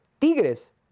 Tigres